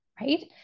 right